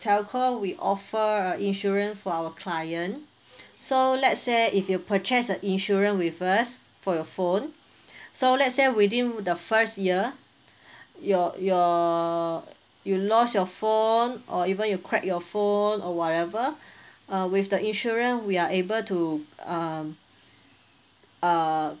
telco we offer uh insurance for our client so let's say if you purchase the insurance with us for your phone so let's say within the first year your your you lost your phone or even you crack your phone or whatever uh with the insurance we are able to um err